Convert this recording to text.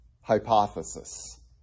hypothesis